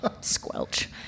Squelch